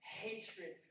hatred